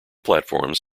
platforms